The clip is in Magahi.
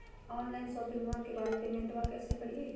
ऑनलाइन शोपिंग्बा के बाद पेमेंटबा कैसे करीय?